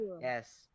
Yes